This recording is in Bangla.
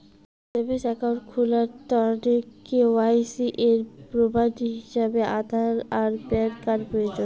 সেভিংস অ্যাকাউন্ট খুলার তন্ন কে.ওয়াই.সি এর প্রমাণ হিছাবে আধার আর প্যান কার্ড প্রয়োজন